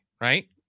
right